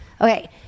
Okay